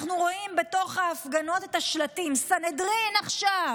אנחנו רואים בתוך ההפגנות את השלטים: סנהדרין עכשיו.